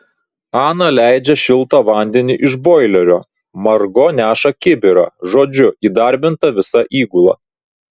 ana leidžia šiltą vandenį iš boilerio margo neša kibirą žodžiu įdarbinta visa įgula